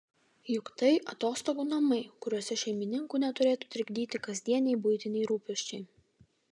juk tai atostogų namai kuriuose šeimininkų neturėtų trikdyti kasdieniai buitiniai rūpesčiai